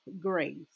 grace